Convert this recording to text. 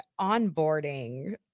onboarding